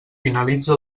finalitza